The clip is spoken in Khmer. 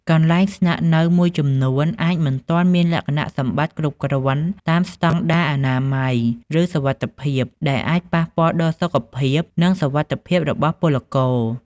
កន្លែងស្នាក់នៅមួយចំនួនអាចមិនទាន់មានលក្ខណៈសម្បត្តិគ្រប់គ្រាន់តាមស្តង់ដារអនាម័យ ឬសុវត្ថិភាព ដែលអាចប៉ះពាល់ដល់សុខភាព និងសុវត្ថិភាពរបស់ពលករ ។